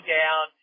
down